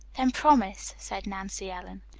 then promise, said nancy ellen.